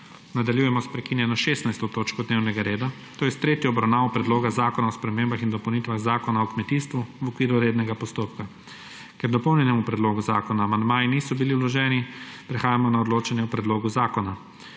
Nadaljujemo s prekinjeno 16. točko dnevnega reda, to je s tretjo obravnavo Predloga zakona o spremembah in dopolnitvah Zakona o kmetijstvu v okviru rednega postopka. Ker k dopolnjenemu predlogu zakona amandmaji niso bili vloženi, prehajamo na odločanje o predlogu zakona.